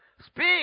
Speak